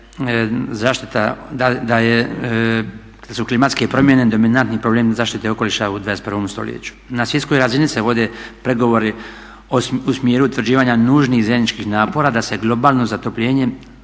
zaštita, da su klimatske promjene dominantni problem zaštite okoliša u 21. stoljeću. Na svjetskoj razini se vode pregovori u smjeru utvrđivanja nužnih zajedničkih napora da se globalno zatopljenje